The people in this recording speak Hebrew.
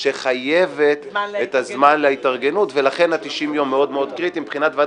קודם כול היום גילינו חשיפה עיתונאית ש-90 יום לא קיים בחוק.